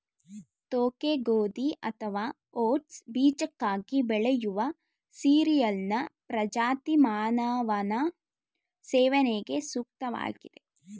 ತೋಕೆ ಗೋಧಿ ಅಥವಾ ಓಟ್ಸ್ ಬೀಜಕ್ಕಾಗಿ ಬೆಳೆಯುವ ಸೀರಿಯಲ್ನ ಪ್ರಜಾತಿ ಮಾನವನ ಸೇವನೆಗೆ ಸೂಕ್ತವಾಗಿದೆ